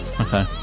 Okay